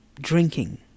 drinking